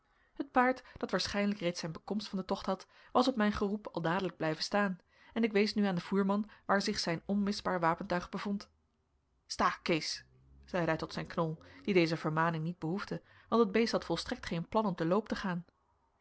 het paard dat waarschijnlijk reeds zijn bekomst van den tocht had was op mijn geroep al dadelijk blijven staan en ik wees nu aan den voerman waar zich zijn onmisbaar wapentuig bevond sta kees zeide hij tot zijn knol die deze vermaning niet behoefde want het beest had volstrekt geen plan op den loop te gaan